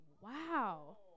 wow